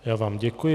Já vám děkuji.